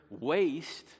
waste